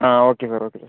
ആ okay sir okay sir